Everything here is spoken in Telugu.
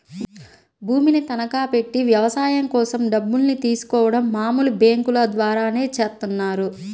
భూమిని తనఖాబెట్టి వ్యవసాయం కోసం డబ్బుల్ని తీసుకోడం మామూలు బ్యేంకుల ద్వారానే చేత్తన్నారు